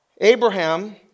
Abraham